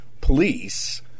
police